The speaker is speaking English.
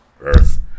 Earth